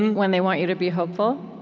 when they want you to be hopeful,